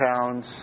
pounds